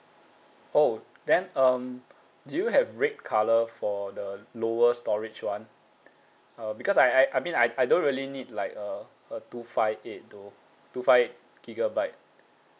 oh then um do you have red colour for the lower storage one uh because I I I mean I I don't really need like uh a two five eight though two five eight gigabyte